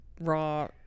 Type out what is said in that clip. raw